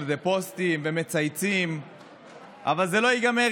שר המשפטים גדעון סער התחיל בליכוד ומשם לתקווה חדשה,